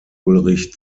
ulrich